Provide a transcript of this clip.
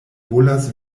volas